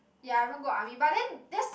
ya haven't go army but then that's